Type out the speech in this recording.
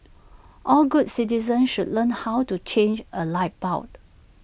all good citizens should learn how to change A light bulb